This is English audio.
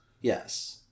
Yes